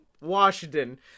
Washington